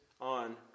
on